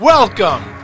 Welcome